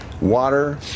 water